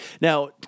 Now